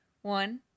One